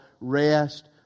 rest